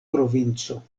provinco